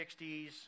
60s